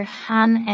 han